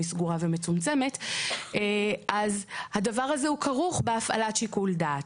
הרשימה סגורה ומצומצמת - אז הדבר הזה כרוך בהפעלת שיקול דעת.